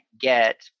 get